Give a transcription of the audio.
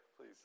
please